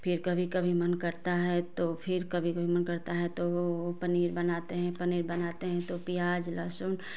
फिर कभी कभी मन करता है तो फिर कभी कभी मन करता है तो पनीर बनाते हैं पनीर बनाते हैं तो प्याज लहसुन